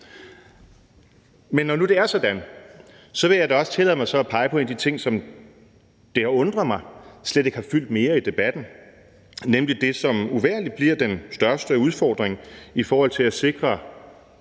Men når nu det er sådan, vil jeg da også tillade mig at pege på en af de ting, det har undret mig slet ikke har fyldt mere i debatten, nemlig det, som uvægerligt bliver den største udfordring i forhold til at sikre